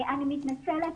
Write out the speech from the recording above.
אני מתנצלת,